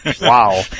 Wow